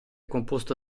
composto